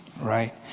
Right